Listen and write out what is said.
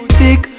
thick